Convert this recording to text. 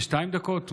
32 דקות,